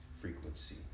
frequency